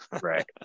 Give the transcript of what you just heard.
Right